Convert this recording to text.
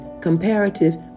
comparative